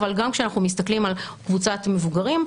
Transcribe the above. אבל גם כשאנחנו מסתכלים על קבוצת מבוגרים,